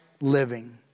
living